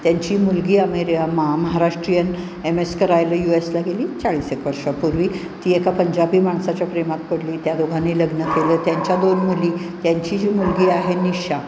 त्यांची मुलगी अमेरि मा महाराष्ट्रीयन एम एस करायला यू एसला गेली चाळीस एक वर्षापूर्वी ती एका पंजाबी माणसाच्या प्रेमात पडली त्या दोघांनी लग्न केलं त्यांच्या दोन मुली त्यांची जी मुलगी आहे निशा